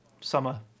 summer